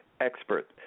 expert